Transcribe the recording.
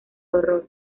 horror